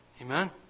Amen